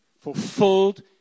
fulfilled